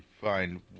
find